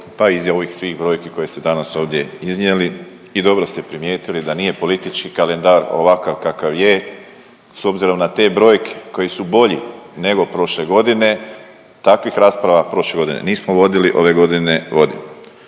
pa i iz ovih svih brojki koje ste danas ovdje i dobro ste primijetili da nije politički kalendar ovakav kakav je s obzirom na te brojke koji su bolji nego prošle godine takvih rasprava prošle godine nismo vodili ove godine vodimo.